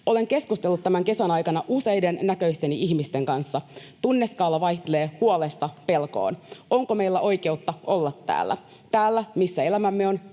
Olen keskustellut tämän kesän aikana useiden näköisteni ihmisten kanssa. Tunneskaala vaihtelee huolesta pelkoon: Onko meillä oikeutta olla täällä? Täällä, missä elämämme on;